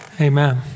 Amen